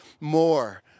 more